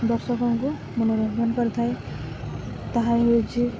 ଦର୍ଶକଙ୍କୁ ମନୋରଞ୍ଜନ କରିଥାଏ ତାହା ହେଉଛି